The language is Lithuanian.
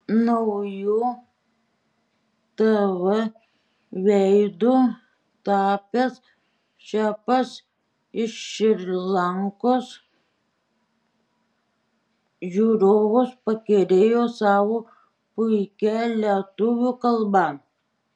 nauju tv veidu tapęs šefas iš šri lankos žiūrovus pakerėjo savo puikia lietuvių kalba